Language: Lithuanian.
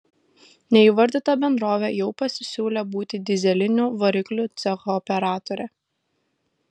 neįvardyta bendrovė jau pasisiūlė būti dyzelinių variklių cecho operatore